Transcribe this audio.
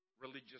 religious